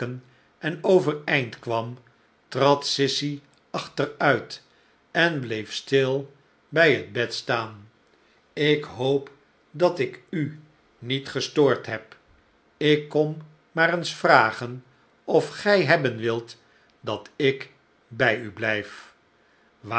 en overeind kwam trad sissy achteruit en bleef stil bij het bed staan ik hoop dat ik u niet gestoord heb ik kom maar eens vragen of gij hebben wilt dat ik bij u blijf